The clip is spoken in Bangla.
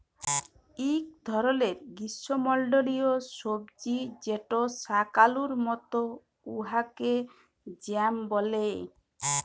ইক ধরলের গিস্যমল্ডলীয় সবজি যেট শাকালুর মত উয়াকে য়াম ব্যলে